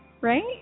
right